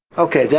okay, yeah